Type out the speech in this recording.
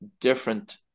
different